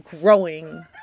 growing